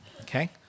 okay